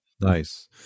Nice